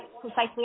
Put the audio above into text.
precisely